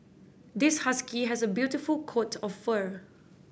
this husky has a beautiful coat of fur